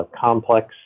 Complex